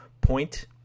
point